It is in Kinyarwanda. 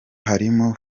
harimo